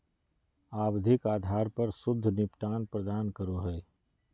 आवधिक आधार पर शुद्ध निपटान प्रदान करो हइ